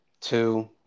Two